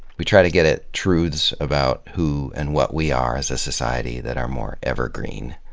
we try to get at truths about who and what we are as a society that are more evergreen.